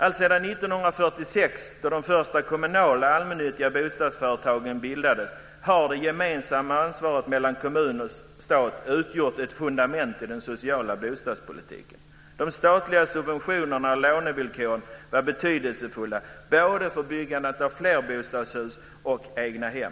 Alltsedan 1946, då de första kommunala allmännyttiga bostadsföretagen bildades, har det gemensamma ansvaret mellan kommun och stat utgjort ett fundament i den sociala bostadspolitiken. De statliga subventionerna och lånevillkoren var betydelsefulla för både byggandet av flerbostadshus och av egna hem.